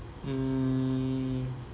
mm